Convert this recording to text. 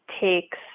takes